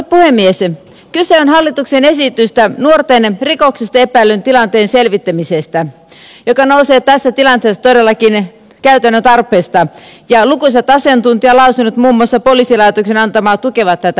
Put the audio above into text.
kyse on hallituksen esityksestä nuoren rikoksesta epäillyn tilanteen selvittämisestä joka nousee tässä tilanteessa todellakin käytännön tarpeesta ja lukuisat asiantuntijalausunnot muun muassa poliisilaitoksen antama tukevat tätä esitystä